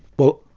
well,